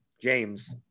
James